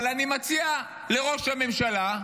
אבל אני מציע לראש הממשלה,